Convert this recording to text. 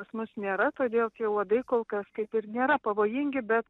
pas mus nėra todėl tie uodai kol kas kaip ir nėra pavojingi bet